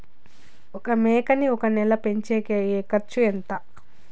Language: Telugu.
ఒక మేకని ఒక నెల పెంచేకి అయ్యే ఖర్చు ఎంత?